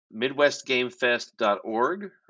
Midwestgamefest.org